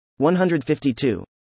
152